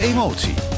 Emotie